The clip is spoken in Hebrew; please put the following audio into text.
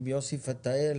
תיפגשי עם יוסי פתאל,